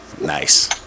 Nice